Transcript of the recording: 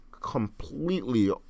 completely